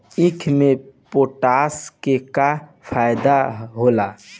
ईख मे पोटास के का फायदा होला?